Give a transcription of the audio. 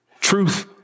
truth